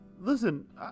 Listen